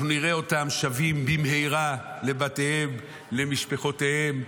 אנחנו נראה אותם שבים במהרה לבתיהם, למשפחותיהם,